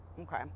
okay